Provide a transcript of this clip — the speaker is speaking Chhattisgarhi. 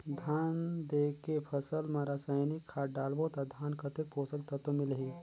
धान देंके फसल मा रसायनिक खाद डालबो ता धान कतेक पोषक तत्व मिलही?